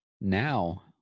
now